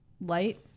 light